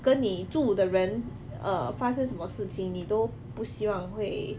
跟你住的人 err 发生什么事情你都不希望会